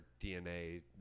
DNA